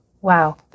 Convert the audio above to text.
Wow